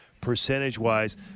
percentage-wise